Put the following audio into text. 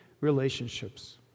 relationships